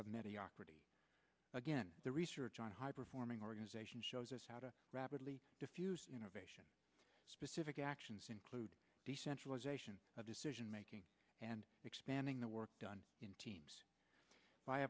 pretty again the research on high performing organization shows us how to rapidly diffuse innovation specific actions include decentralization of decision making and expanding the work done in teams by